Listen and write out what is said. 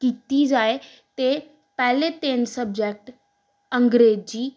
ਕੀਤੀ ਜਾਵੇ ਤਾਂ ਪਹਿਲੇ ਤਿੰਨ ਸਬਜੈਕਟ ਅੰਗਰੇਜ਼ੀ